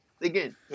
Again